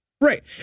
Right